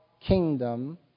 kingdom